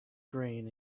green